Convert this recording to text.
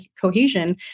cohesion